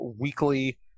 weekly